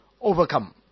Overcome